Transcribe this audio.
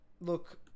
Look